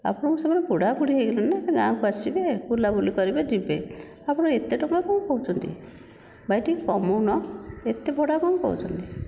ଆପଣଙ୍କୁ ସେମାନେ ବୁଢ଼ାବୁଢ଼ୀ ହେଇଗଲେଣି ନା ଗାଁକୁ ଆସିବେ ବୁଲାବୁଲି କରିବେ ଯିବେ ଆପଣ ଏତେ ଟଙ୍କା କ'ଣ କହୁଛନ୍ତି ଭାଇ ଟିକିଏ କମଉନ ଏତେ ଭଡ଼ା କ'ଣ କହୁଛନ୍ତି